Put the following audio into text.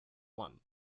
won